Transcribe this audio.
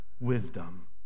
wisdom